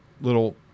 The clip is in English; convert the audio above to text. little